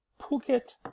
Phuket